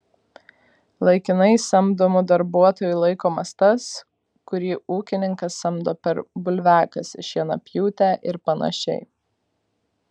laikinai samdomu darbuotoju laikomas tas kurį ūkininkas samdo per bulviakasį šienapjūtę ir panašiai